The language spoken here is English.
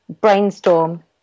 brainstorm